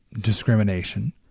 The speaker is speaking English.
discrimination